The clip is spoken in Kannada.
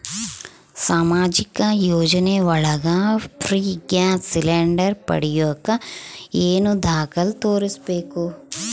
ಸಾಮಾಜಿಕ ಯೋಜನೆ ಒಳಗ ಫ್ರೇ ಗ್ಯಾಸ್ ಸಿಲಿಂಡರ್ ಪಡಿಯಾಕ ಏನು ದಾಖಲೆ ತೋರಿಸ್ಬೇಕು?